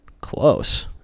Close